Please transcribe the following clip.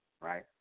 right